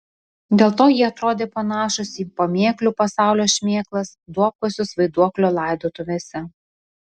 dėl to jie atrodė panašūs į pamėklių pasaulio šmėklas duobkasius vaiduoklio laidotuvėse